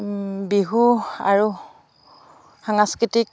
বিহু আৰু সাংস্কৃতিক